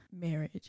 marriage